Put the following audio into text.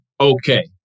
okay